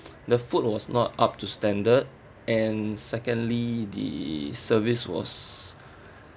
the food was not up to standard and secondly the service was